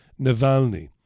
Navalny